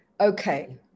Okay